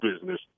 business